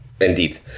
indeed